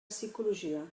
psicologia